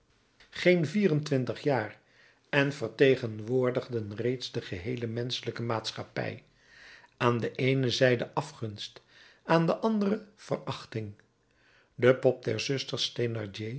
geen vier-en-twintig jaar en vertegenwoordigden reeds de geheele menschelijke maatschappij aan de eene zijde afgunst aan de andere verachting de pop der